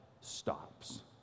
stops